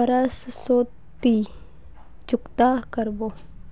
बरश सोत ती चुकता करबो?